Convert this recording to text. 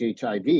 HIV